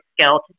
skill